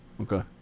Okay